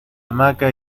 hamaca